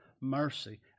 mercy